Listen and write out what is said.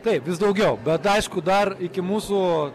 taip vis daugiau bet aišku dar iki mūsų